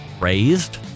raised